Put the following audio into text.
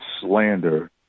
slander